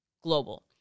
global